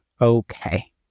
okay